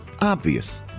Obvious